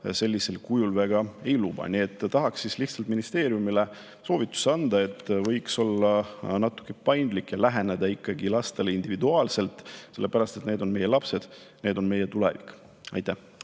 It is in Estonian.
sellisel kujul väga ei luba. Nii et tahaks lihtsalt ministeeriumile anda soovituse, et võiks olla natuke paindlikum ja läheneda ikkagi lastele individuaalselt, sest need on meie lapsed, nemad on meie tulevik. Aitäh!